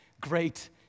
great